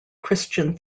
christian